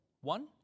One